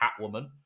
Catwoman